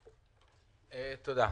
תודה.